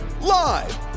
live